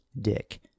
Dick